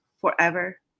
forever